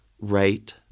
right